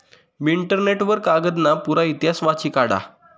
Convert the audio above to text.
मी internet वर कागदना पुरा इतिहास वाची काढा